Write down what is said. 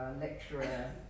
lecturer